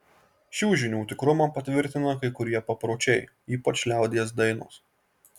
šių žinių tikrumą patvirtina kai kurie papročiai ypač liaudies dainos